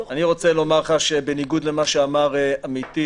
אני רוצה לומר לך שבניגוד למה שאמר עמיתי